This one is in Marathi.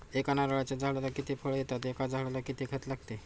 एका नारळाच्या झाडाला किती फळ येतात? एका झाडाला किती खत लागते?